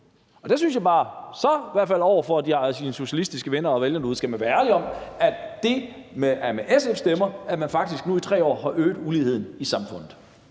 Der synes jeg bare, at man i hvert fald over for sine socialistiske venner og vælgere skal være ærlig om, at det er med SF's stemmer, at man faktisk nu i 3 år har øget uligheden i samfundet.